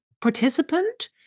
participant